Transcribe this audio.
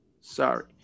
Sorry